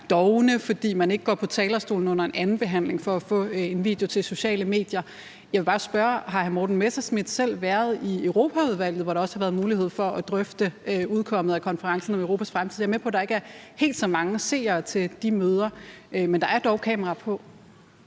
dovne, fordi de ikke går på talerstolen under en anden behandling for at få en video til sociale medier. Jeg vil bare spørge: Har hr. Morten Messerschmidt selv været i Europaudvalget, hvor der også har været mulighed for at drøfte udkommet af konferencen om Europas fremtid? Jeg er med på, at der ikke er helt så mange seere til de møder, men der er dog kamera på.